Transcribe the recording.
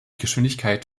geschwindigkeit